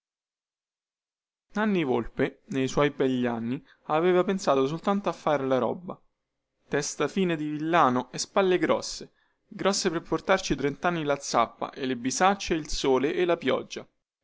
nanni volpe nei suoi begli anni aveva pensato soltanto a far la roba testa fine di villano e spalle grosse grosse per portarci trentanni la zappa e le bisacce e il sole e la pioggia